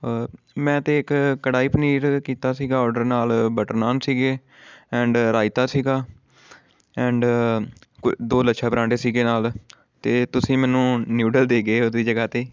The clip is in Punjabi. ਮੈਂ ਤੇ ਇੱਕ ਕੜਾਹੀ ਪਨੀਰ ਕੀਤਾ ਸੀਗਾ ਆਰਡਰ ਨਾਲ ਬਟਰ ਨਾਨ ਸੀਗੇ ਐਂਡ ਰਾਇਤਾ ਸੀਗਾ ਐਂਡ ਕੋ ਦੋ ਲੱਛਾ ਪਰਾਂਠੇ ਸੀਗੇ ਨਾਲ ਅਤੇ ਤੁਸੀਂ ਮੈਨੂੰ ਨਿਊਡਲ ਦੇ ਕੇ ਉਹਦੀ ਜਗ੍ਹਾ 'ਤੇ